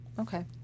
Okay